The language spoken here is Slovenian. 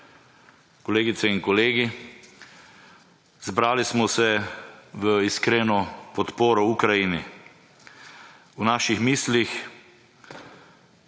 Kolegice in kolegi! Zbrali smo se v iskreno podporo Ukrajini. V naših mislih,